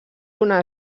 una